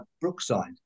Brookside